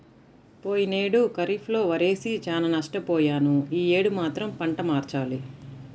పోయినేడు ఖరీఫ్ లో వరేసి చానా నష్టపొయ్యాను యీ యేడు మాత్రం పంట మార్చాలి